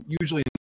usually